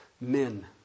men